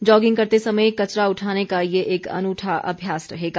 jogging करते समय कचरा उठाने का ये एक अनूठा अभ्यास रहेगा